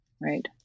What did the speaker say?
right